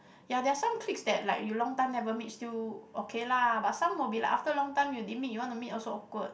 ya there are some cliques that like you long time never meet still okay lah but some will be like after long time you didn't meet want to meet also awkward